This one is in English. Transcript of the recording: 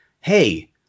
hey